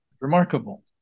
Remarkable